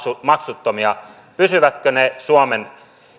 maksuttomia pysyvätkö ne suomen